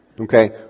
Okay